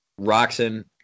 Roxon